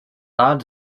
land